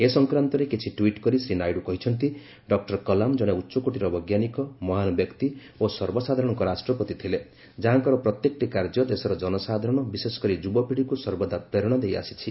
ଏ ସଂକ୍ରାନ୍ତରେ କିଛି ଟ୍ୱିଟ୍ କରି ଶ୍ରୀ ନାଇଡୁ କହିଛନ୍ତି ଡକ୍କର କଲାମ୍ ଜଣେ ଉଚ୍ଚକୋଟିର ବୈଜ୍ଞାନିକ ମହାନ ବ୍ୟକ୍ତି ଓ ସର୍ବସାଧାରଣଙ୍କ ରାଷ୍ଟ୍ରପତି ଥିଲେ ଯାହାଙ୍କର ପ୍ରତ୍ୟେକଟି କାର୍ଯ୍ୟ ଦେଶର ଜନସାଧାରଣ ବିଶେଷ କରି ଯୁବପୀଡ଼ିକୁ ସର୍ବଦା ପ୍ରେରଣା ଦେଇଆସିଛି